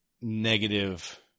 negative